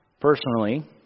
Personally